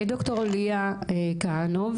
ד"ר ליאה כהנוב,